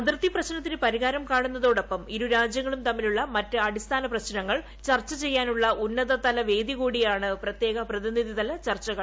അതിർത്തി പ്രശ്നത്തിന് പരിഹാരം കാണുന്നതോടൊപ്പം ഇരു രാജ്യങ്ങളും തമ്മിലുള്ള മറ്റ് അടിസ്ഥാന പ്രശ്നങ്ങൾ ചർച്ച ചെയ്യാനുള്ള ഉന്നതതല വേദി കൂടിയാണ് പ്രത്യേക പ്രതിനിധിതല ചർച്ചകൾ